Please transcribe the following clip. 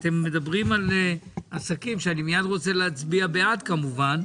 אתם מדברים על עסקים שאני מיד רוצה להצביע בעד כמובן,